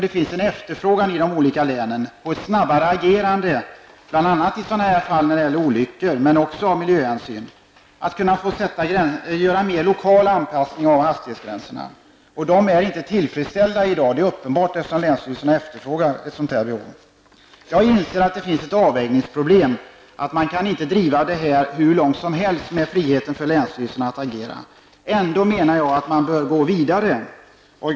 Det finns efterfrågan i många län på ett snabbare agerande, bl.a. på sträckor där det händer mycket olyckor men också av miljöhänsyn, och på att kunna göra mera lokala anpassningar av hastighetsgränserna. De är inte tillfredsställda i dag, eftersom länsstyrelserna efterfrågar detta. Jag inser att det finns ett avvägningsproblem. Man kan inte driva friheten för länsstyrelsen att agera hur långt som helst. Ändå menar jag att man bör kunna gå vidare.